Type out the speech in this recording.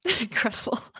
incredible